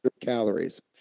calories